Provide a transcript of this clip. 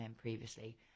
previously